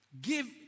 give